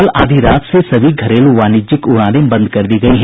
कल आधी रात से सभी घरेलू वाणिज्यिक उड़ानें बंद कर दी गई हैं